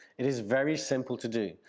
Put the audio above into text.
it is very simple to do,